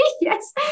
Yes